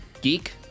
Geek